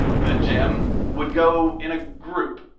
the gem would go in a group,